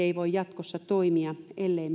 ei voi jatkossa toimia ellei